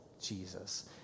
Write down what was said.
Jesus